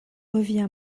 reviens